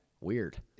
weird